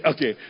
Okay